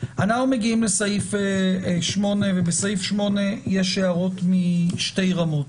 אנחנו מגיעים לסעיף 8. בסעיף 8 יש הערות משתי רמות.